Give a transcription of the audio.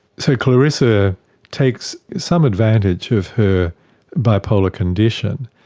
so clarissa takes some advantage of her bipolar condition,